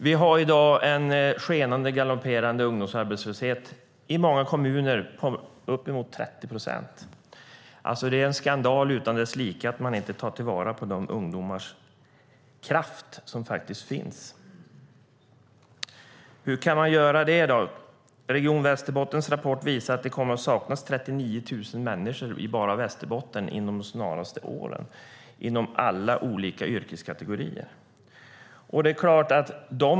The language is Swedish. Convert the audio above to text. Vi har i dag en galopperande ungdomsarbetslöshet. I många kommuner är den upp emot 30 procent. Det är en skandal utan like att man inte tar till vara den kraft som finns hos dessa ungdomar. Hur kan man då göra det? Region Västerbottens rapport visar att det kommer att saknas 39 000 människor enbart i Västerbotten under de närmaste åren. Det gäller alla yrkeskategorier.